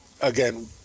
again